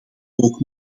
ook